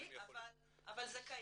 אבל זה קיים.